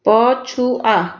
ପଛୁଆ